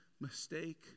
mistake